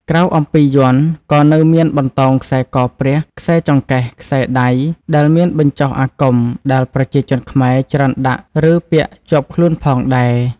ក្រៅអំពីយ័ន្តក៏នៅមានបន្តោងខ្សែកព្រះខ្សែចង្កេះខ្សែដៃដែលមានបញ្ចុះអាគមដែលប្រជាជនខ្មែរច្រើនដាក់ឬពាក់ជាប់ខ្លួនផងដែរ